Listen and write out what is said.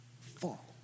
fall